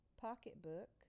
pocketbook